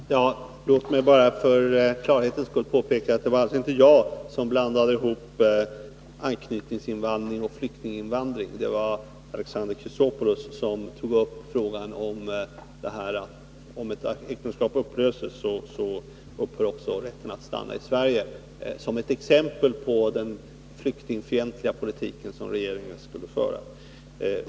Fru talman! Låt mig bara för klarhetens skull påpeka att det inte var jag som blandade ihop anknytningsinvandring och flyktinginvandring. Det var Alexander Chrisopoulos som tog upp det förhållandet att när ett äktenskap upplöses så upphör också rätten att stanna i Sverige som ett exempel på den flyktingfientliga politik regeringen skulle föra.